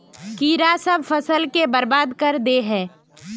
कीड़ा सब फ़सल के बर्बाद कर दे है?